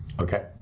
Okay